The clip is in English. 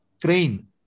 Crane